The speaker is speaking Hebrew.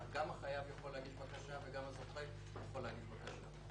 החייב יכול להגיש בקשה וגם הזוכה יכול להגיש בקשה.